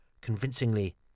convincingly